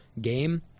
game